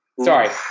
Sorry